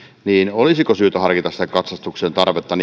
niin olisiko syytä harkita sitä katsastuksen tarvetta